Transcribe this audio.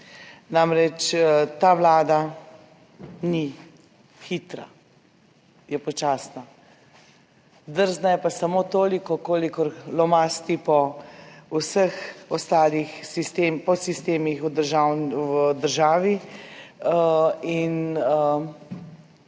Namreč, ta Vlada ni hitra, je počasna, drzna je pa samo toliko, kolikor lomasti po vseh ostalih sistemih v državi in